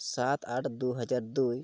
ᱥᱟᱛ ᱟᱴ ᱫᱩᱦᱟᱡᱟᱨ ᱫᱩᱭ